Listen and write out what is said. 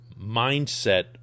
mindset